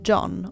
John